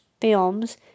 films